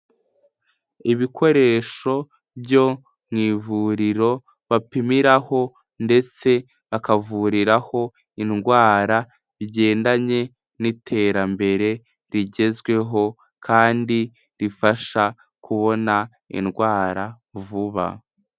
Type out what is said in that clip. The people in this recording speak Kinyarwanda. Ibikoresho byo mu ivuriro bapimiraho ndetse bakavuriraho indwara, bigendanye n'iterambere rigezweho kandi rifasha kubona indwara vuba.